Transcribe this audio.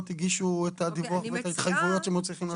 הגישו את הדיווח ואת ההתחייבויות שהם עוד צריכים לעשות.